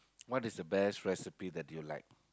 what is the best recipe that you like